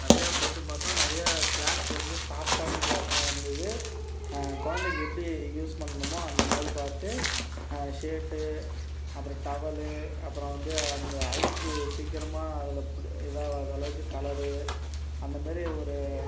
நிறையா ட்ரெஸ் பார்த்தோம் நிறையா க்ளாத் வந்து சாஃப்ட்டான க்ளாத்தாக இருந்தது குழந்தக்கு எப்படி யூஸ் பண்ணணுமோ அந்த மாதிரி பார்த்து ஷர்ட் அப்புறம் டவல் அப்புறம் வந்து அந்த அழுக்கு சீக்கிரமாக அதில் பிடி இதாகாத அளவுக்கு கலர் அந்த மாரி ஒரு